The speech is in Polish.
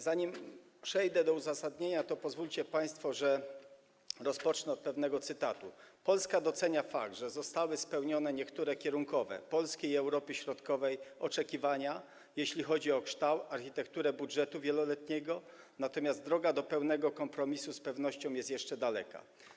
Zanim przejdę do uzasadnienia, to pozwólcie państwo, że rozpocznę od pewnego cytatu: Polska docenia fakt, że zostały spełnione niektóre kierunkowe - polskie i Europy Środkowej - oczekiwania, jeśli chodzi o kształt, architekturę budżetu wieloletniego, natomiast droga do pełnego kompromisu z pewnością jest jeszcze daleka.